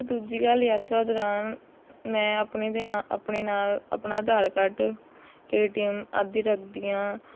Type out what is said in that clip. ਅਤੇ ਦੂਜੀ ਗੱਲ ਯਾਤਰਾ ਦੌਰਾਨ ਮੈਂ ਆਪਣੇ ਦੇ ਨਾਲ ਆਪਣੇ ਨਾਲ ਆਪਣਾ Aadhaar card A T M ਆਦਿ ਰੱਖਦੀ ਹਾਂ